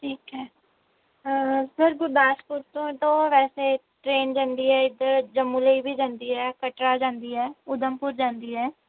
ਠੀਕ ਹੈ ਸਰ ਗੁਰਦਾਸਪੁਰ ਤੋਂ ਵੈਸੇ ਟਰੇਨ ਜਾਂਦੀ ਹੈ ਇੱਧਰ ਜੰਮੂ ਲਈ ਵੀ ਜਾਂਦੀ ਹੈ ਕਟਰਾ ਜਾਂਦੀ ਹੈ ਉਦਮਪੁਰ ਜਾਂਦੀ ਹੈ